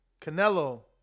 Canelo